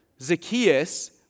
Zacchaeus